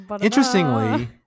interestingly